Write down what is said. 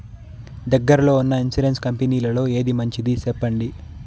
దగ్గర లో ఉన్న ఇన్సూరెన్సు కంపెనీలలో ఏది మంచిది? సెప్పండి?